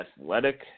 athletic